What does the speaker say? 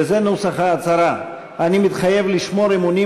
וזה נוסח ההצהרה: "אני מתחייב לשמור אמונים